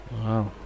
Wow